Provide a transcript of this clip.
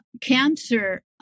cancer